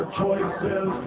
choices